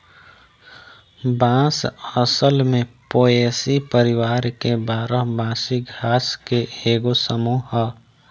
बांस असल में पोएसी परिवार के बारह मासी घास के एगो समूह ह